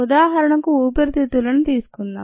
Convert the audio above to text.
ఉదాహరణకు ఊపిరితిత్తులను తీసుకుందాం